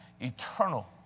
eternal